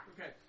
Okay